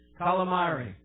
calamari